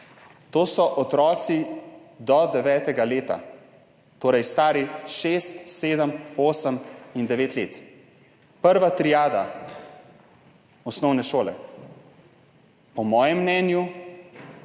To so otroci do devetega leta, torej stari šest, sedem, osem in devet let, prva triada osnovne šole. Po mojem mnenju